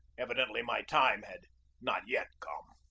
evidently my time had not yet come.